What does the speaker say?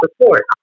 support